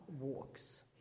walks